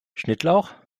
schnittlauch